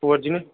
original